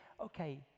okay